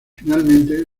finalmente